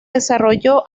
desarrolló